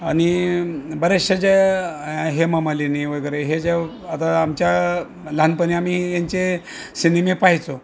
आणि बरेचशा ज्या हेमामालिनी वगैरे हे ज्या आता आमच्या लहानपणी आम्ही यांचे सिनेमे पहायचो